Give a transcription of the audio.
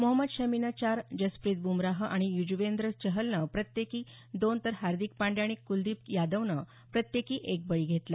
मोहमद शमीनं चार जसप्रीत बुमराह आणि यजुवेंद्र चहलने प्रत्येकी दोन तर हार्दिक पांड्या आणि कुलदीप यादवनं प्रत्येकी एक बळी घेतला